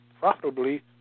profitably